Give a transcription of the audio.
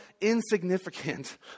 insignificant